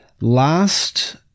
last